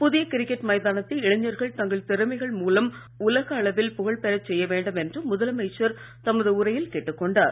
புதிய கிரிக்கெட் மைதானத்தை இளைஞர்கள் தங்கள் திறமைகள் மூலம் உலக அளவில் புகழ் பெறச் செய்ய வேண்டும் என்று முதலமைச்சர் தமது உரையில் கேட்டுக் கொண்டார்